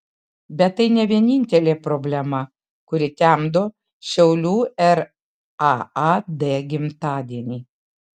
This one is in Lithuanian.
bet tai ne vienintelė problema kuri temdo šiaulių raad gimtadienį